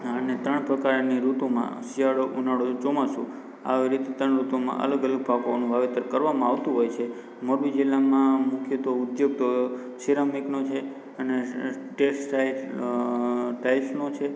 અને ત્રણ પ્રકારની ઋતુમાં શિયાળો ઉનાળો અને ચોમાસું આવી રીતે ત્રણ ઋતુમાં અલગ અલગ પાકોનું વાવેતર કરવામાં આવતું હોય છે મોરબી જિલ્લામાં મુખ્યત્ત્વે ઉછેર તો સીરામિકનો છે અને ટેસ્ટ સાઈડ ટાઈલ્સનો છે